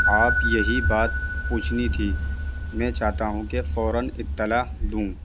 آپ یہی بات پوچھنی تھی میں چاہتا ہوں کہ فوراً اطلاع دوں